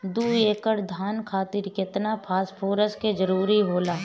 दु एकड़ धान खातिर केतना फास्फोरस के जरूरी होला?